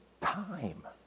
time